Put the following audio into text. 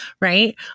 right